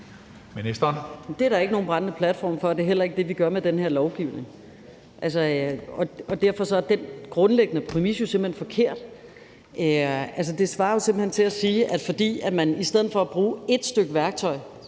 Det er der ikke nogen brændende platform for, og det er heller ikke det, vi gør med den her lovgivning. Og derfor er den grundlæggende præmis jo simpelt hen forkert. Altså, det svarer jo simpelt hen til at sige, at fordi man i stedet for at bruge et stykke værktøj